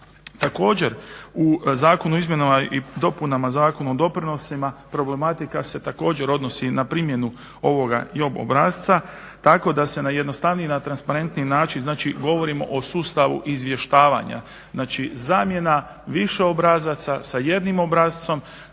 Također, u Zakonu o izmjenama i dopunama Zakona o doprinosima problematika se također odnosi na primjenu ovog JOB obrasca tako da se na jednostavniji, na transparentniji način znači govorimo o sustavu izvještavanja, znači zamjena više obrazaca sa jednim obrascem